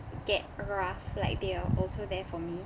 get rough like they are also there for me